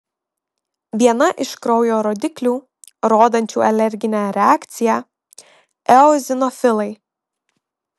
viena iš kraujo rodiklių rodančių alerginę reakciją eozinofilai